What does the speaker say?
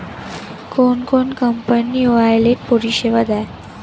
কোন কোন company wallet পরিষেবা দেয়?